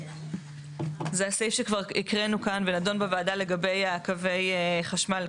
זה הסעיף שכבר הקראנו כאן ונדון בוועדה לגבי קווי חשמל,